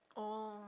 oh